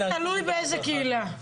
תלוי איפה אתה גר ובאיזה קהילה.